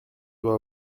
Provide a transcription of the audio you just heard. dois